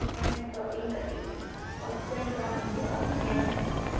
ᱳ ᱦᱮᱛᱳ ᱤᱧ ᱠᱟᱹᱴᱤᱡ ᱚᱥᱩᱵᱤᱫᱷᱟ ᱨᱤᱧ ᱯᱟᱲᱟᱣ ᱟᱠᱟᱱᱟ ᱵᱚᱦᱚᱜ ᱦᱟᱹᱥᱩᱧ ᱠᱟᱱᱟ